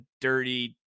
dirty